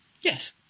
Yes